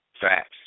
facts